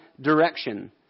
direction